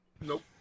Nope